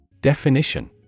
Definition